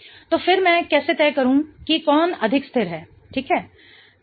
तो फिर मैं कैसे तय करूं कि कौन अधिक स्थिर है ठीक है